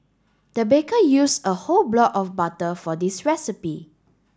the baker used a whole block of butter for this recipe